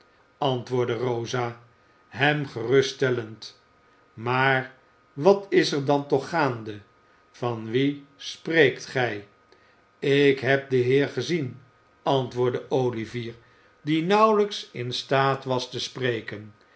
antwoordde rosa hem geruststellend maar wat is er dan toch gaande van wien spreekt gij ik heb den heer gezien antwoordde olivier die nauwelijks in staat was te spreken